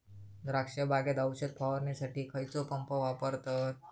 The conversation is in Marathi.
द्राक्ष बागेत औषध फवारणीसाठी खैयचो पंप वापरतत?